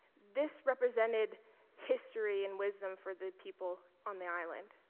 this represented history and wisdom for the people on the island,